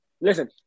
Listen